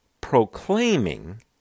proclaiming